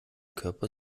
körper